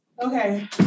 Okay